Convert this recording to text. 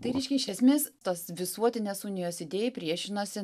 tai reiškia iš esmės tos visuotinės unijos idėjai priešinosi